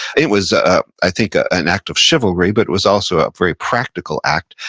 it was, ah i think, ah an act of chivalry, but was also a very practical act,